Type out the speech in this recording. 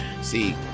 See